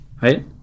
right